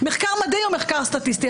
מחקר מדעי או מחקר סטטיסטי.